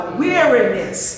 weariness